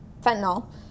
fentanyl